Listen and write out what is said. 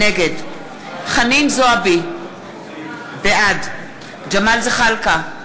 נגד חנין זועבי, בעד ג'מאל זחאלקה,